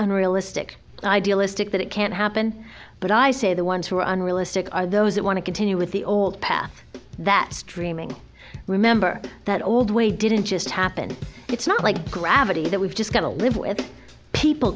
unrealistic idealistic that it can't happen but i say the ones who are unrealistic are those that want to continue with the old path that streaming remember that old way didn't just happen it's not like gravity that we've just got to live with people